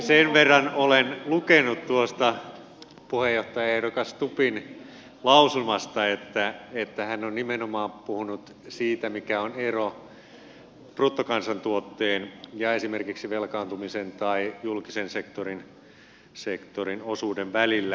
sen verran olen lukenut tuosta puheenjohtajaehdokas stubbin lausumasta että hän on nimenomaan puhunut siitä mikä on ero bruttokansantuotteen ja esimerkiksi velkaantumisen tai julkisen sektorin osuuden välillä